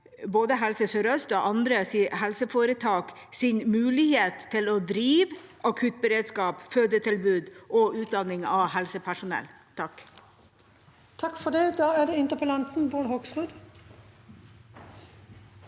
både Helse sør-østs og andre helseforetaks mulighet til å drive akuttberedskap, fødetilbud og utdanning av helsepersonell. Bård